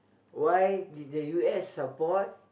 why did the U_S support